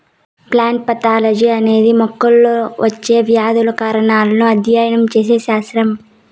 plant pathology అనేది మొక్కల్లో వచ్చే వ్యాధుల కారణాలను అధ్యయనం చేసే శాస్త్రం